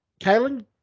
Kalen